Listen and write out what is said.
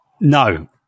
no